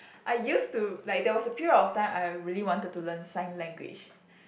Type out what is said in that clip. I used to like there was a period of time I really wanted to learn sign language